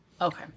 Okay